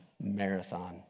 marathon